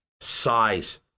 size